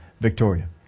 Victoria